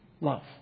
love